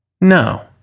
No